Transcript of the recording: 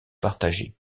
partagées